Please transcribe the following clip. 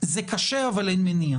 אבל בדרך כלל זה